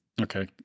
Okay